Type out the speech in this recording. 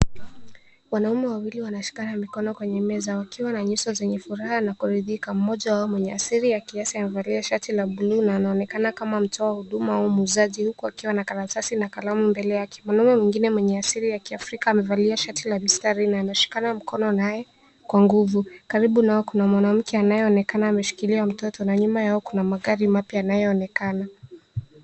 Wanaume wawili wanashikana mikono kwenye meza wakiwa na nyuso zenye furaha na kuridhika. MMoja wao mwenye asili ya kiasia amevalia shati la bluu na anaonekana kama mtoa huduma au muuzaji huku akiwa na karatasi na kalamu mbele yake. Mwanaume mwingine mwenye asili ya kiafrika amevalia shati la mstari na anashikana mkono naye kwa nguvu. Karibu nao kuna mwanamke anaonekana ameshikilia mtoto na nyuma yao kuna magari mapya yanayoonekana.